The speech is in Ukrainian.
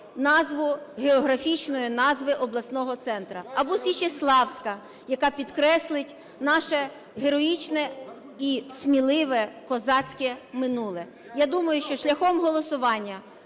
назву географічної назви обласного центру; або Січеславська, яка підкреслить наше героїчне і сміливе козацьке минуле. Я думаю, що шляхом голосування